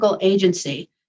agency